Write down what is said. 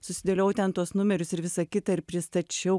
susidėliojau ten tuos numerius ir visa kita ir pristačiau